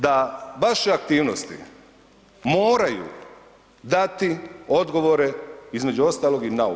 Da vaše aktivnosti moraju dati odgovore između ostaloga i na ovo.